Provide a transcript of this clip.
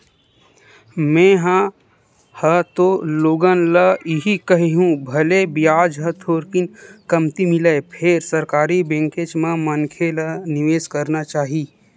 में हा ह तो लोगन ल इही कहिहूँ भले बियाज ह थोरकिन कमती मिलय फेर सरकारी बेंकेच म मनखे ल निवेस करना चाही